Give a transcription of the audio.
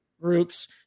Groups